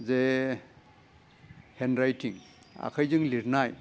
जे hand writing आखाइजों लिरनाय